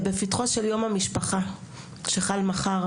בפתחו של יום המשפחה שחל מחר,